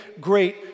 great